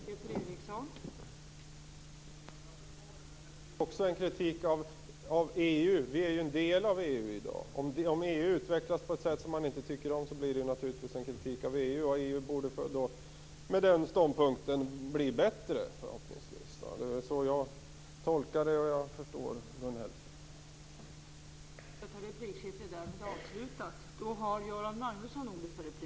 Fru talman! Jag förstår det, men det blir också en kritik av EU eftersom vi i dag är en del av EU. Om EU utvecklas på ett sätt som vi inte tycker om blir det naturligtvis en kritik av EU. EU borde då ur den ståndpunkten förhoppningsvis bli bättre. Det är så jag tolkar det, och jag förstår Gun Hellsvik.